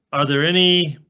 are there any?